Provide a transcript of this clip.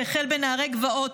שהחל בנערי גבעות,